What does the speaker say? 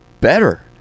better